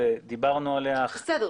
דיברנו עליה --- בסדר.